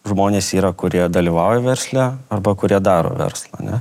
žmonės yra kurie dalyvauja versle arba kurie daro verslą ane